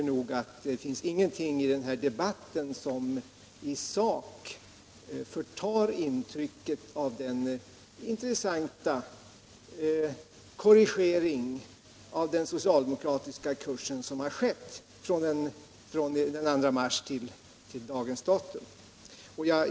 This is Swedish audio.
Det finns ingenting i denna debatt som i sak förtar intrycket av att det har skett en intressant korrigering av den socialdemokratiska kursen från den 2 mars till dagens datum.